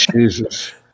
Jesus